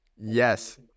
yes